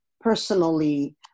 personally